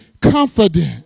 confident